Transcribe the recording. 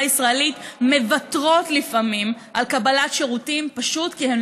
הישראלית מוותרות לפעמים על קבלת שירותים פשוט כי הן